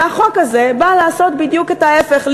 והחוק הזה בא לעשות בדיוק את ההפך,